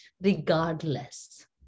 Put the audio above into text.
regardless